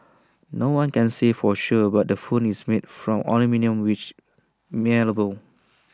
no one can say for sure but the phone is made from aluminium which malleable